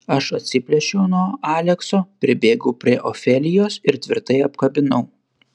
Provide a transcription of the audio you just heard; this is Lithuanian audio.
aš atsiplėšiau nuo alekso pribėgau prie ofelijos ir tvirtai apkabinau